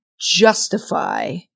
justify